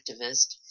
activist